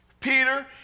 Peter